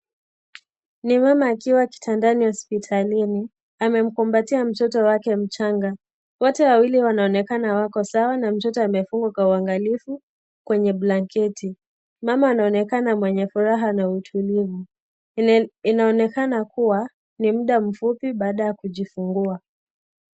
Ni mama akiwa kitandani hospitalini, amemkumbatia mtoto wake mchanga wote wawili wanaonekana wako sawa na mtoto amefungwa kwa uangalifu kwenye blanketi. Mama anaonekana mwenye furaha na utulivu. Inaonekana kuwa ni muda mfupi baada ya kujifungua.